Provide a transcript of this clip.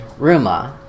Ruma